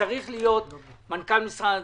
צריך להיות בו מנכ"ל משרד הדתות,